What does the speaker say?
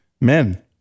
men